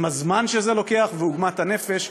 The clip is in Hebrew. עם הזמן שזה לוקח ועם עוגמת הנפש.